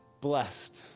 blessed